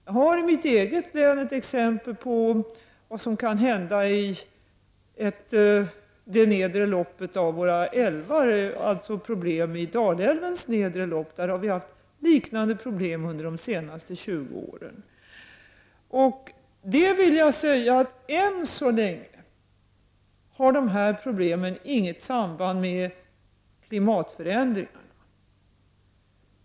Jag har i mitt eget hemlän ett exempel på vad som kan hända i det nedre loppet av en älv, nämligen Dalälvens nedre lopp, där problemen har varit liknande under de senaste 20 åren. Än så länge har dessa problem inget samband med klimatförändringarna.